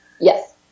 Yes